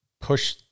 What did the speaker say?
push